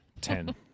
Ten